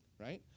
right